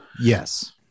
Yes